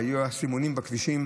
היו סימונים בכבישים,